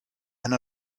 and